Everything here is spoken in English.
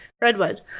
Redwood